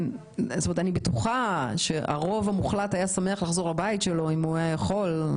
אני בטוחה שהרוב המוחלט היה שמח לחזור לבית שלו אם הוא היה יכול,